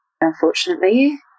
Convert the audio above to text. Unfortunately